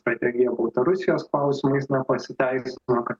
strategija baltarusijos klausimais na pasiteisino